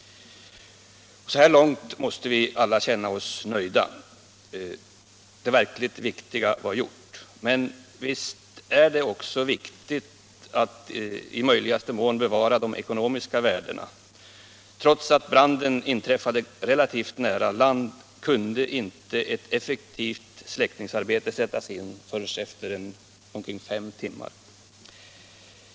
Så här långt måste vi alla känna oss nöjda. Det verkligt viktiga var gjort. Men visst är det också viktigt att i möjligaste mån bevara de ekonomiska värdena. Trots att branden inträffade relativt nära land kunde inte ett effektivt släckningsarbete sättas in förrän efter omkring fem timmar.